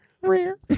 Rare